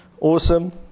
awesome